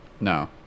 no